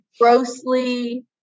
Grossly